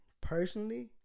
personally